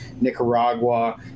Nicaragua